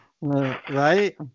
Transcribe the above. Right